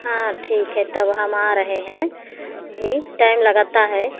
हाँ ठीक है तब हम आ रहे हैं अभी टाइम लगाता है